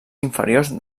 inferiors